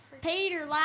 Peter